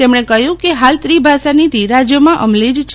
તેમણે કહ્યું કે હાલ ત્રિભાષા નીતી રાજયોમાં અમલી જ છે